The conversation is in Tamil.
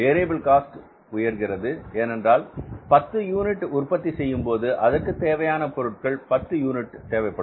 வேரியபில் காஸ்ட் உயர்கிறது ஏனென்றால் 10 யூனிட் உற்பத்தி செய்யும் போது அதற்குத் தேவையான பொருட்கள் பத்து யூனிட் தேவைப்படும்